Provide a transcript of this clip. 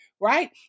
right